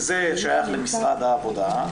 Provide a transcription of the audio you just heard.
זה שייך למשרד העבודה,